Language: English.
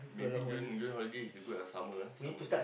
maybe June June holiday is good ah summer ah summer days